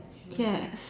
yes